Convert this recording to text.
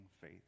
faith